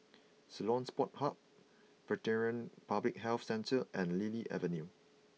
Ceylon Sports hang Veterinary Public Health Centre and Lily Avenue